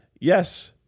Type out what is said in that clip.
yes